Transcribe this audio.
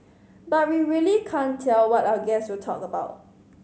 but we really can't tell what our guest will talk about